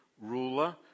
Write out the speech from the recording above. ruler